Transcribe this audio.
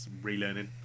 relearning